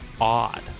odd